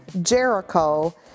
jericho